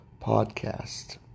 podcast